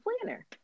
planner